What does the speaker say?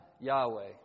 Yahweh